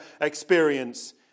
experience